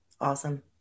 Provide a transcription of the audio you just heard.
Awesome